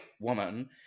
woman